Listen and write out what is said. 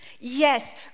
Yes